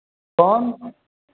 कौन